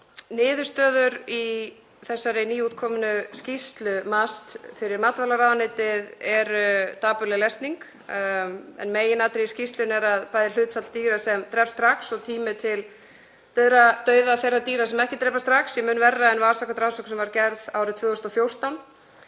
Niðurstöður í þessari nýútkomnu skýrslu MAST fyrir matvælaráðuneytið eru dapurleg lesning en meginatriði skýrslunnar er að bæði hlutfall dýra sem drepst strax og tími til dauða þeirra dýra sem ekki drepast strax sé mun verra en var samkvæmt rannsókn sem var gerð árið 2014.